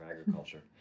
agriculture